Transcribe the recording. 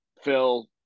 Phil